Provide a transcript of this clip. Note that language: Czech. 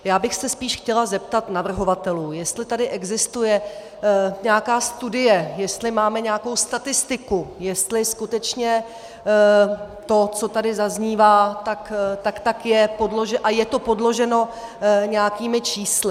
Já bych se spíš chtěla zeptat navrhovatelů, jestli tady existuje nějaká studie, jestli máme nějakou statistiku, jestli skutečně to, co tady zaznívá, tak je a je to podloženo nějakými čísly.